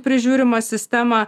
prižiūrimą sistemą